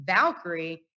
Valkyrie